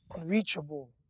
unreachable